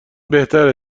بهتره